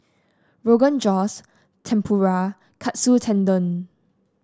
Rogan Josh Tempura and Katsu Tendon